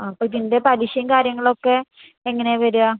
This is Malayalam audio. ആ അപ്പോള് ഇതിൻറ്റെ പലിശയും കാര്യങ്ങളൊക്കെ എങ്ങനെയാ വരിക